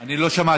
אני לא שמעתי.